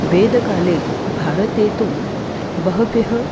वेदकाले भारते तु बह्व्यः